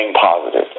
positive